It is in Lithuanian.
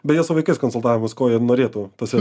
beje su vaikais konsultavus ko jie norėtų tose